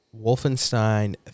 Wolfenstein